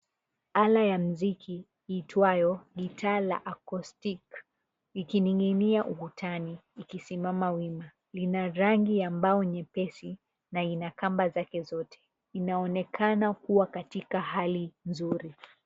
Ala ya mziki iitwayo gita la acoustic ikining'inia ukutani ikisimama wima, lina rangi ya mbao nyepesi na ina kamba zake zote, inaonekana kuwa katika hali nzuri.